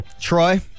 Troy